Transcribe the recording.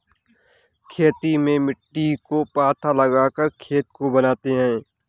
खेती में मिट्टी को पाथा लगाकर खेत को बनाते हैं?